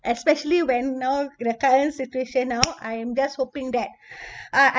especially when you know the current situation now I'm just hoping that uh